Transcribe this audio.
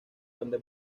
donde